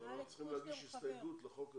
צריכים להגיש הסתייגות לחוק הזה.